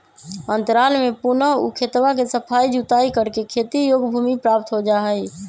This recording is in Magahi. अंतराल में पुनः ऊ खेतवा के सफाई जुताई करके खेती योग्य भूमि प्राप्त हो जाहई